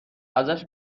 ازش